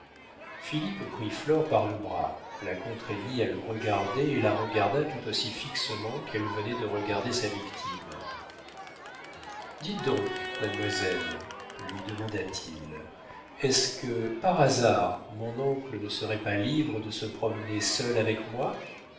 prit flore par le bras la contraignit à le regarder et la regarda tout aussi fixement qu'elle venait de regarder sa victime dites donc mademoiselle lui demanda-t-il est-ce que par hasard mon oncle ne serait pas libre de se promener seul avec moi